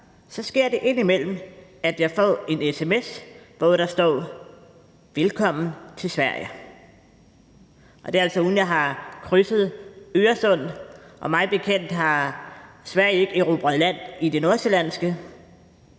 så sker det ind imellem, at jeg får en sms, hvor der står velkommen til Sverige. Og der er altså, uden at jeg har krydset Øresund – og mig bekendt har Sverige ikke erobret land i det nordsjællandske.